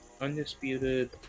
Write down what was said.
undisputed